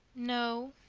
no,